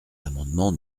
l’amendement